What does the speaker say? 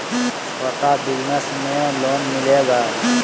छोटा बिजनस में लोन मिलेगा?